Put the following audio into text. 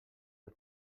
del